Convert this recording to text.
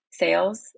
sales